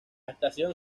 estación